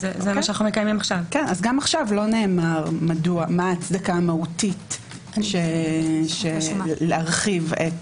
גם עכשיו לא נאמר מה ההצדקה המהותית להרחיב את